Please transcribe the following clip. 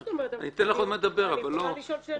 מה זאת אומרת, אני יכולה לשאול שאלה.